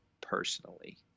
personally